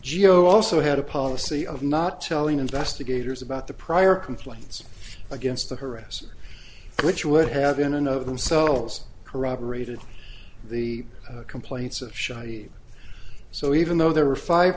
geo also had a policy of not telling investigators about the prior complaints against the harasser which would have in and of themselves corroborated the complaints of shoddy so even though there were five